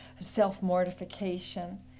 self-mortification